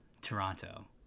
toronto